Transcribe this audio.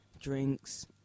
drinks